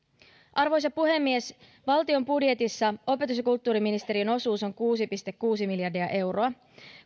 arvoisa puhemies valtion budjetissa opetus ja kulttuuriministeriön osuus on kuusi pilkku kuusi miljardia euroa